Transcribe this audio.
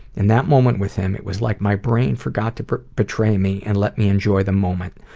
and that moment with him, it was like my brain forgot to betray me and let me enjoy the moment.